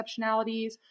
exceptionalities